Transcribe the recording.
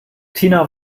tina